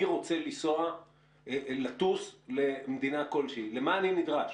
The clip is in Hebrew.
אם אני רוצה לטוס למדינה כלשהי, למה אני נדרש?